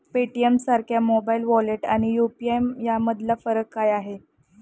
पेटीएमसारख्या mobile wallet आणि UPI यामधला फरक काय आहे?